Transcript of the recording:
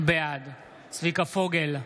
בעד צביקה פוגל,